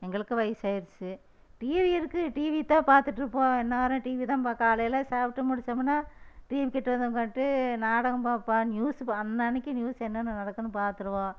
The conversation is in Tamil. எங்களுக்கு வயிசாருச்சு டிவி இருக்குது டிவி தான் பார்த்துட்ருப்போம் எந்நேரம் டிவி தான் பாக் காலையில் சாப்பிட்டு முடிச்சமுன்னா டிவிக்கிட்ட வந்து உட்காந்துட்டு நாடகம் பார்ப்போம் நியூஸு ப அன்றைன்னைக்கி நியூஸு என்னென்ன நடக்குதுனு பார்த்துருவோம்